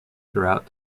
throughout